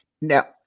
Now